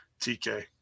TK